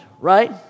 right